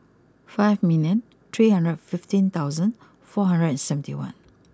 five million three hundred fifteen thousand four hundred and seventy one